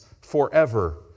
forever